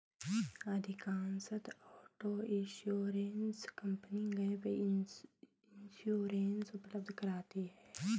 अधिकांशतः auto insurance company gap insurance उपलब्ध कराती है